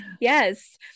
Yes